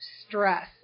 stress